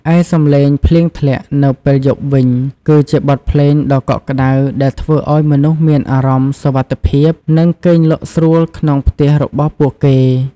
ឯសំឡេងភ្លៀងធ្លាក់នៅពេលយប់វិញ គឺជាបទភ្លេងដ៏កក់ក្តៅដែលធ្វើឱ្យមនុស្សមានអារម្មណ៍សុវត្ថិភាព និងគេងលក់ស្រួលក្នុងផ្ទះរបស់ពួកគេ។